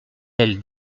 elle